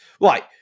Right